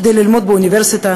כדי ללמוד באוניברסיטה,